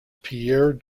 pierre